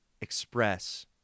express